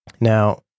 Now